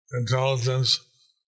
intelligence